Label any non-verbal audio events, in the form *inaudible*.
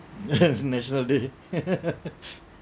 yes national day *laughs*